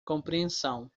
compreensão